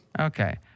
Okay